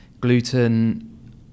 Gluten